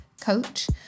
coach